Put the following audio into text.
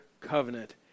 covenant